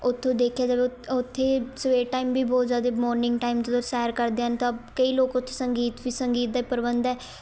ਉੱਥੋਂ ਦੇਖਿਆ ਜਾਵੇ ਉ ਉੱਥੇ ਸਵੇਰ ਟਾਈਮ ਵੀ ਬਹੁਤ ਜ਼ਿਆਦਾ ਮੋਰਨਿੰਗ ਟਾਈਮ ਜਦੋਂ ਸੈਰ ਕਰਦੇ ਹਨ ਤਾਂ ਕਈ ਲੋਕ ਉੱਥੇ ਸੰਗੀਤ ਵੀ ਸੰਗੀਤ ਦੇ ਪ੍ਰਬੰਧ ਹੈ